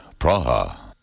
Praha